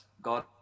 God